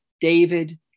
David